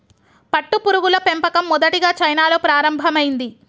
పట్టుపురుగుల పెంపకం మొదటిగా చైనాలో ప్రారంభమైంది